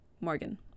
Morgan